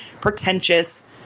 pretentious